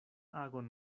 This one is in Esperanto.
agon